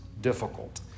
difficult